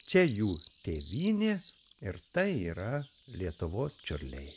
čia jų tėvynė ir tai yra lietuvos čiurliai